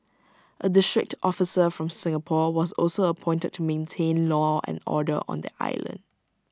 A district officer from Singapore was also appointed to maintain law and order on the island